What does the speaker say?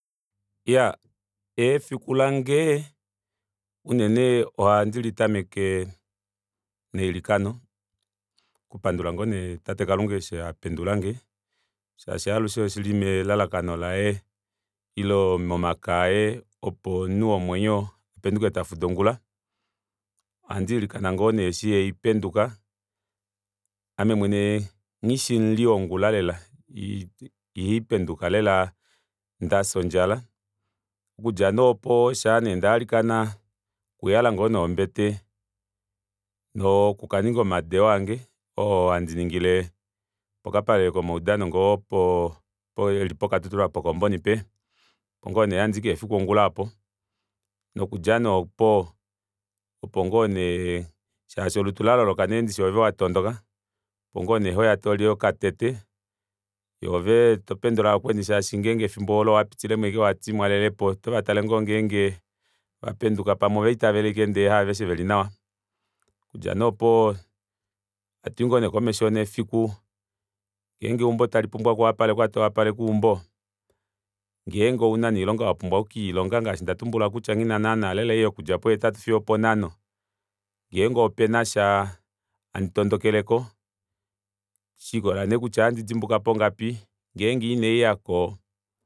Iyaa efiku lange unene ohandi litameke neilikano okupandula ngoo nee tate kalunga eshi apendulange shaashi alushe oshili melalakano laye ile momake aye opo omunhu womwenyo apenduke tafuda ongula ohandi ilikana ngoo nee eshi haipenduka ame mwene nghishi omuli wongula lela ihandipenduka lela ndafya ondjala okudja nee opo shaanee ndailikana okuyala ngoo nee ombete nokukaninga omadeo ange oohandiningile pokapale komaudano ngoo po eli po katutura pokomboni penya nokudja aapo opo ngoo nee shashi olutu laloloka ove watondoka opo ngoo nee topendula vakweni toningi okatete shaashi efimbo olo owapitilemo ashike wati mwalelepo otovatale ngoo ngenge ovapenduka pamwe ovaitavela ashike ndee haaveshe veli nawa okudja nee opo hatuyi komesho nefiku ngenge eumbo otalipumbwa okuwapalekwa tali wapalekwa towapaleke eumbo ngenge ouna nee oilonga wapumbwa okukeilonga ngaashi ndatumbula kutya nghina naana lela ei yokudja po hetatu fiyo oponhano ngenge opena sha handi tondekeleko shikolela nee kutya ohandi dimbuka pongapi ngenge ina ndiyako